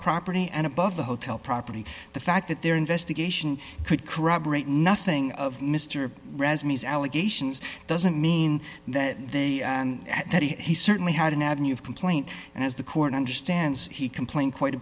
property and above the hotel property the fact that their investigation could corroborate nothing of mr rasmus allegations doesn't mean that they and he certainly had an avenue of complaint and as the court understands he complained quite a